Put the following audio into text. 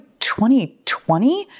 2020